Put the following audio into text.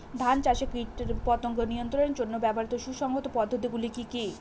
ধান চাষে কীটপতঙ্গ নিয়ন্ত্রণের জন্য ব্যবহৃত সুসংহত পদ্ধতিগুলি কি কি?